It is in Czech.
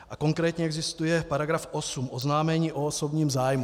A konkrétně existuje § 8 Oznámení o osobním zájmu.